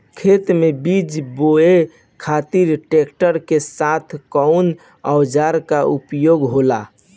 खेत में बीज बोए खातिर ट्रैक्टर के साथ कउना औजार क उपयोग होला?